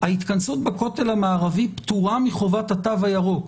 ההתכנסות בכותל המערבי פטורה מחובת התו הירוק.